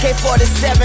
AK-47